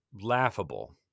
laughable